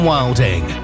Wilding